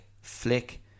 flick